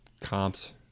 comps